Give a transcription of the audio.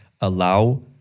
allow